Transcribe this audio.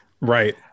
right